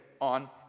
on